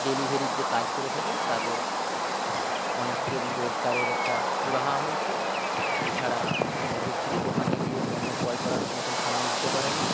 ডেলিভারির যে কাজ করে থাকে তাদের অনেকেরই রোজগারের একটা সুরাহা হয়েছে এছাড়া অনেক ব্যক্তিরই দোকানে যেয়ে পণ্য ক্রয় করার মতন সময় দিতে পারে না